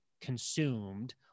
consumed